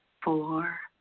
four,